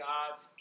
God's